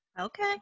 Okay